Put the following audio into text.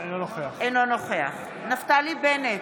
אינו נוכח נפתלי בנט,